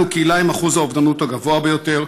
אנחנו קהילה עם אחוז האובדנות הגבוה ביותר,